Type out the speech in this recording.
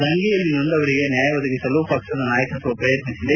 ದಂಗೆಯಲ್ಲಿ ನೊಂದವರಿಗೆ ನ್ಯಾಯ ಒದಗಿಸಲು ಪಕ್ಷದ ನಾಯಕತ್ವ ಪ್ರಯತ್ನಿಸಿದೆ